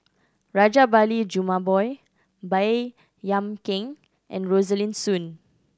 Rajabali Jumabhoy Baey Yam Keng and Rosaline Soon